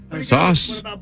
Sauce